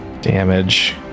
Damage